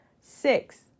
Six